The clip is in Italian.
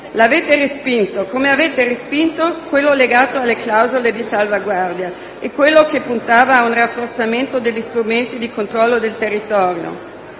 L'avete respinto, come avete respinto quello legato alle clausole di salvaguardia e quello che puntava a un rafforzamento degli strumenti di controllo del territorio.